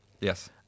Yes